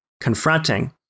confronting